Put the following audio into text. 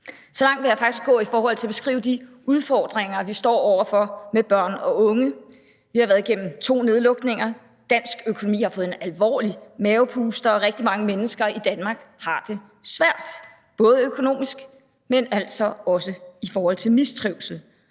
Så langt vil jeg faktisk gå i forhold til at beskrive de udfordringer, vi står over for, med børn og unge. Vi har været igennem to nedlukninger, dansk økonomi har fået en alvorlig mavepuster, og rigtig mange mennesker i Danmark har det svært både økonomisk, men altså også i forhold til mistrivsel.